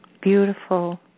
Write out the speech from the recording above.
Beautiful